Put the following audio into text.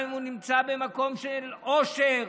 גם אם הוא נמצא במקום של אושר,